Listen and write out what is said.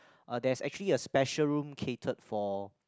uh there's actually a special room crated for